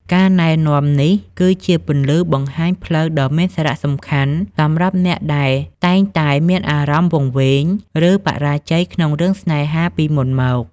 ការណែនាំនេះគឺជាពន្លឺបង្ហាញផ្លូវដ៏មានសារៈសំខាន់ សម្រាប់អ្នកដែលតែងតែមានអារម្មណ៍វង្វេង ឬបរាជ័យក្នុងរឿងស្នេហាពីមុនមក។